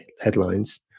headlines